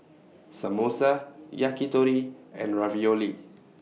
Samosa Yakitori and Ravioli